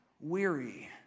weary